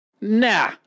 nah